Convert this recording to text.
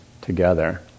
together